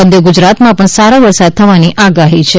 મધ્ય ગુજરાતમાં પણ સારો વરસાદ થવાની આગાહી છે